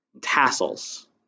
tassels